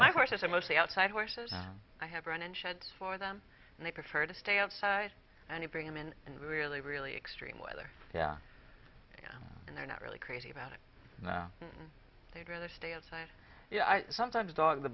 my horses are mostly outside horses i have run in sheds for them and they prefer to stay outside and you bring them in and really really extreme weather yeah yeah and they're not really crazy about it and they'd rather stay outside sometimes dog the